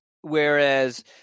whereas